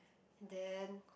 and then